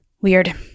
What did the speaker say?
Weird